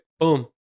Boom